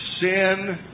Sin